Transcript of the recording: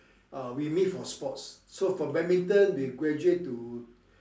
uh we meet for sports so for badminton we graduate to